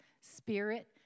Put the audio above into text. Spirit